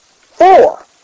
Four